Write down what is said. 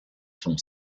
sont